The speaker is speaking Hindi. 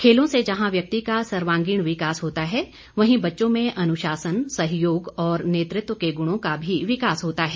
खेलों से जहां व्यक्ति का सर्वागीण विकास होता है वहीं बच्चों में अनुशासन सहयोग और नेतृत्व के गुणों का भी विकास होता है